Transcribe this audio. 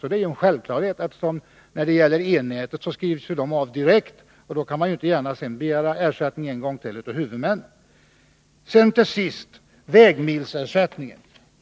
När det gäller e-nätet skrivs ju dessa kostnader av direkt, och man kan inte gärna begära ersättning av huvudmännen en gång till. Till sist vill jag säga något om vägmilsersättningen.